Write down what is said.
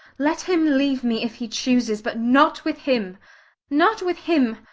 let him leave me if he chooses, but not with him not with him!